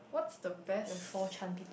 what's the best